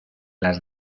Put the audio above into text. las